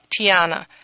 Tiana